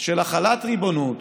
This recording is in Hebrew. של החלת ריבונות